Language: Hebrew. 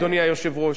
אדוני היושב-ראש,